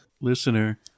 listener